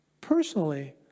personally